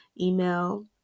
email